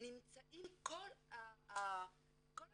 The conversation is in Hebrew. נמצאים כל הנושאים,